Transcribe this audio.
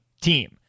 team